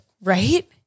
Right